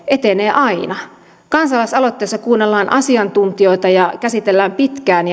etenee aina kansalaisaloitteessa kuunnellaan asiantuntijoita ja käsitellään pitkään